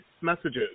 messages